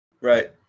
Right